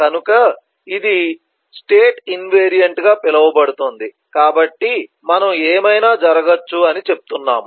కనుక ఇది state invariant గా పిలువబడుతుంది కాబట్టి మనం ఏమైనా జరగవచ్చు అని చెప్తున్నాము